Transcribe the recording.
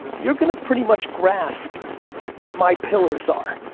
you're gonna pretty much grasp what my pillars are.